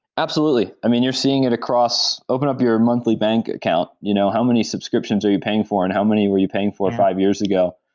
absolutely. i mean, you're seeing it across open up your monthly bank account, you know, how many subscriptions are you paying for and how many were you paying for five years ago?